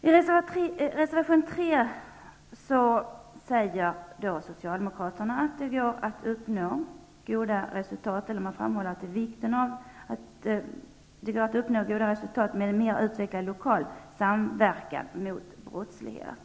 I reservation 3 framhåller Socialdemokraterna att det går att uppnå goda resultat, och man framhåller vikten av en lokal utvecklad samverkan mot brottslighet.